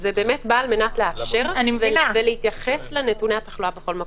זה בא על מנת לאפשר ולהתייחס לנתוני התחלואה בכל מקום.